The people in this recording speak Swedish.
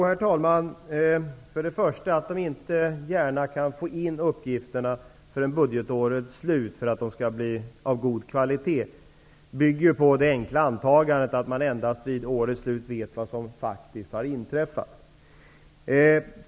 Herr talman! Det betyder först och främst att verket inte gärna kan begära att få in uppgifterna före budgetårets slut, om de skall vara av god kvalitet. Det bygger på det enkla antagandet att man endast vid årets slut vet vad som har inträffat.